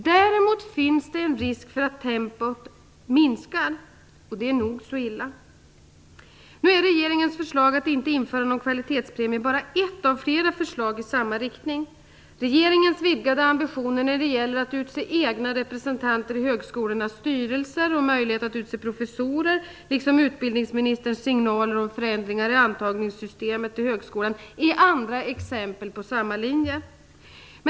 Däremot finns det en risk för att tempot minskar. Det är nog så illa. Nu är regeringens förslag att inte införa någon kvalitetspremie bara ett av flera förslag i samma riktning. Regeringens vidgade ambitioner när det gäller att utse egna representanter i högskolornas styrelser och möjligheten att utse professorer, liksom utbildningsministerns signaler om förändringar i antagningssystemet till högskolan, är andra exempel på samma linje.